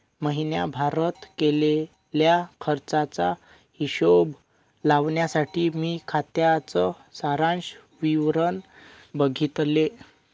महीण्याभारत केलेल्या खर्चाचा हिशोब लावण्यासाठी मी खात्याच सारांश विवरण बघितले